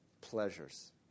pleasures